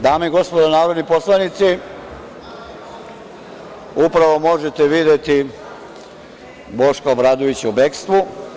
Dame i gospodo narodni poslanici, upravo možete videti Boška Obradovića u bekstvu.